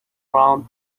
round